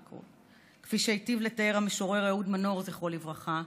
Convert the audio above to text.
כפי שהיטיב לתאר המשורר אהוד מנור, זכרו לברכה: